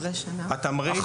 אחרי השנה?